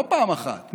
לא פעם אחת,